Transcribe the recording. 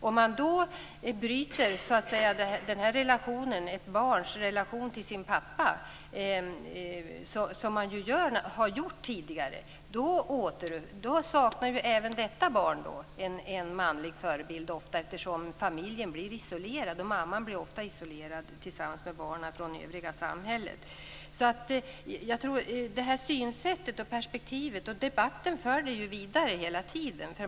Om man avbryter ett barns relation till sin pappa, som man ju har gjort tidigare, kommer även detta barn att sakna en manlig förebild. Familjen blir ofta isolerad. Mamman blir ofta isolerad från övriga samhället tillsammans med barnen. Jag tror att debatten för detta synsätt och detta perspektiv vidare hela tiden.